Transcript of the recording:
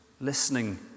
listening